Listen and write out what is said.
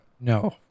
No